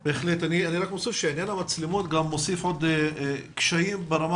עניין המצלמות מוסיף עוד קשיים ברמה